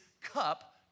cup